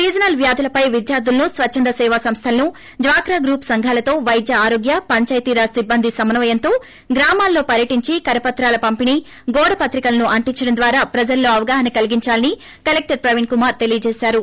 seasonal వ్యాధులపై విద్యార్ధులను స్వచ్చంద సేవా సంస్థలను డ్వాక్రా గ్రూపు సంఘాలతో వైద్య ఆరోగ్య పంచాయితీ రాజ్ సిబ్బంది సమన్వయంతో గ్రామాలలో పర్యటించి కరపత్రాల పంపిణీ గోడ పత్రికలను అంటించడం ద్వారా ప్రజలలో అవగాహన కలిగించాలని కలెక్టర్ ప్రవీణ్ కుమార్ తెలియజేసారు